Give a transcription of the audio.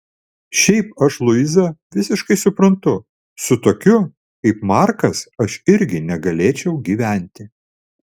šiaip aš luizą visiškai suprantu su tokiu kaip markas aš irgi negalėčiau gyventi